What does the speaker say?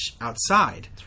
outside